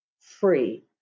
Free